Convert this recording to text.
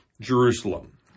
Jerusalem